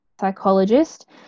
psychologist